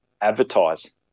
advertise